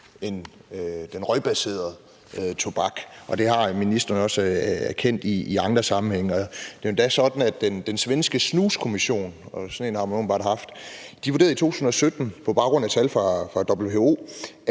end den røgbaserede tobak, og det har ministeren også erkendt i andre sammenhænge. Og det er jo endda sådan, at den svenske snuskommission – sådan en har man åbenbart haft – i 2017 vurderede på baggrund af tal fra WHO,